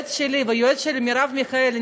היועץ שלי והיועץ של מרב מיכאלי,